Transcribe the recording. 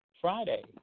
Friday